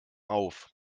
auf